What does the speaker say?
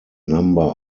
number